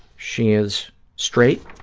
she is straight,